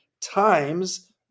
times